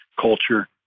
culture